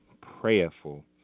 prayerful